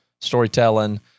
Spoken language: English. storytelling